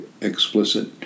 explicit